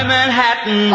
Manhattan